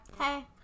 Hey